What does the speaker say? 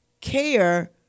care